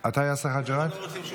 אתה יאסר חוג'יראת?